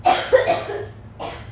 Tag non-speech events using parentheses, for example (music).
(coughs)